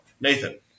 Nathan